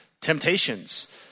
temptations